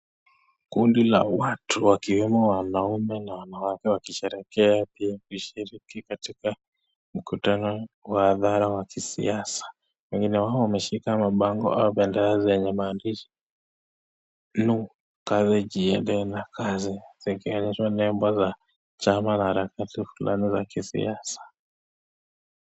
Kundi la watu wakiwemmo wanaume na wanawake wakisherekea PNU kushirki katika mkutano wa hadhara wa kisiasa, wengine wao wameshika mabango au bendera zenye maandishi PNU kazi iendelee zikionyesha nembo za chama na harakati fulani za kisiasa